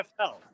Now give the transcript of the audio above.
NFL